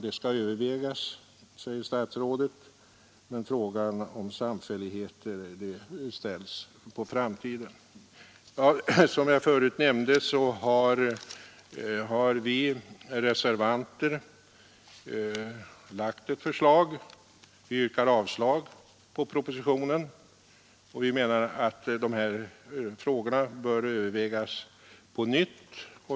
Det skall övervägas, säger statsrådet, medan frågan om samfälligheter ställs på framtiden. Som jag förut nämnde har vi reservanter framlagt ett förslag. Vi yrkar avslag på propositionen och menar att de här frågorna bör övervägas på nytt.